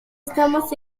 estamos